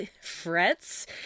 frets